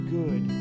good